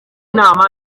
nama